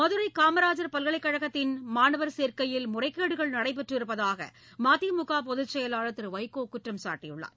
மதுரை காமராஜர் பல்கலைக் கழகத்தின் மாணவர் சேர்க்கையில் முறைகேடுகள் நடைபெற்று இருப்பதாக மதிமுக பொதுச் செயலாளர் திரு வைகோ குற்றம் சாட்டியுள்ளார்